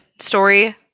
story